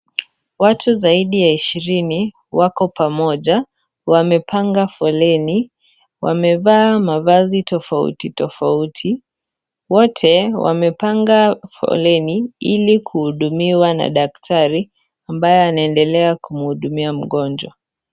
Watu zaidi ya ishirini wako pamoja wamepanga foleni. Wamevaa mavazi tofauti tofauti . Wote wamepanga foleni ili kuhudumiwa na daktari ambaye anaendelea kuhudumia mgonjwa.